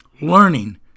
learning